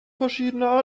verschiedener